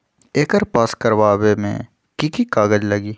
एकर पास करवावे मे की की कागज लगी?